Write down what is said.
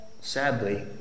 Sadly